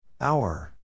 Hour